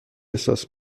احساس